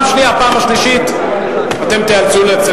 בפעם השלישית אתם תיאלצו לצאת